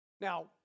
Now